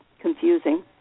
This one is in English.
confusing